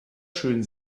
schön